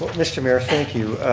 mr. mayor, thank you.